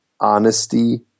honesty